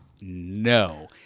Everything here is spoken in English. No